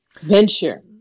venture